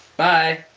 bye.